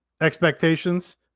expectations